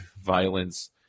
violence